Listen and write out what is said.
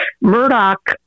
Murdoch